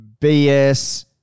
BS